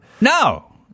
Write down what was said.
No